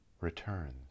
returns